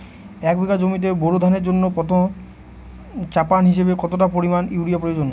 এক বিঘা জমিতে বোরো ধানের জন্য প্রথম চাপান হিসাবে কতটা পরিমাণ ইউরিয়া প্রয়োজন?